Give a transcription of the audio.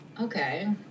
okay